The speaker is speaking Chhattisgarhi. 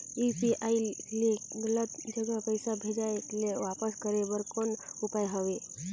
यू.पी.आई ले गलत जगह पईसा भेजाय ल वापस करे बर कौन उपाय हवय?